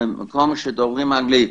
כל מי שדוברים אנגלית.